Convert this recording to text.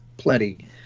plenty